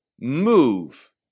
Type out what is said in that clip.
move